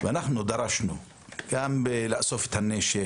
ואנחנו דרשנו גם לאסוף את הנשק,